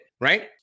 right